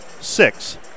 six